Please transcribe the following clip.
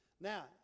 Now